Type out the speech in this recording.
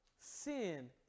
sin